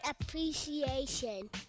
Appreciation